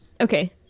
okay